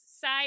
side